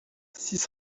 six